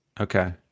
Okay